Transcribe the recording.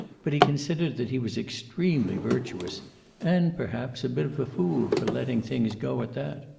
but he considered that he was extremely virtuous and, perhaps, a bit of a fool for letting things go at that.